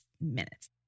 minutes